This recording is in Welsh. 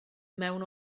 mewn